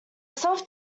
self